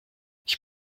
ich